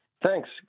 Thanks